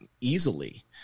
easily